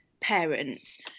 parents